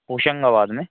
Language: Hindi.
होशंगाबाद में